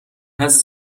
هست